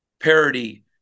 Parody